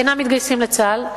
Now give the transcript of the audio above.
אינם מתגייסים לצה"ל,